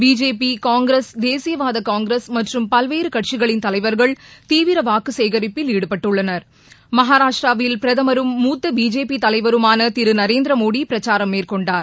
BJP Congress தேசியவாத காங்கிரஸ் மற்றும் பல்வேறு கட்சிகளின் தலைவா்கள் தீவிர வாக்குசேகரிப்பில் ஈடுபட்டுள்ளனர் மகாராஷ்டிராவில் பிரதமரும் மூத்த பிஜேபி தலைவருமான திரு நரேந்திரமோடி பிரசாரம் மேற்கொண்டார்